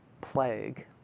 plague